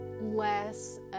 less